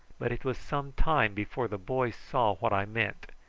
but it was some time before the boy saw what i meant.